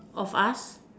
of us